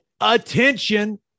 attention